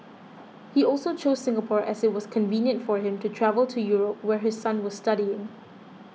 he also chose Singapore as it was convenient for him to travel to Europe where his son was studying